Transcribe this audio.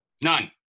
None